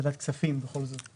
ועדת כספים בכל זאת.